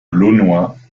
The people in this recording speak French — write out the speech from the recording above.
launois